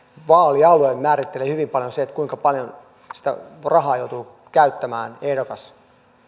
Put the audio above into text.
vaalialue määrittelee hyvin paljon sen kuinka paljon sitä rahaa käyttämään